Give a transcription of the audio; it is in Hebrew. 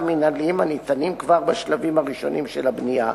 מינהליים הניתנים כבר בשלבים הראשונים של הבנייה.